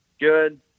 Good